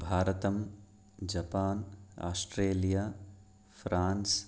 भारतं Japan Australia France